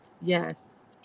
yes